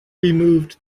removed